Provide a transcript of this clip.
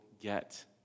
get